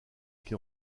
qui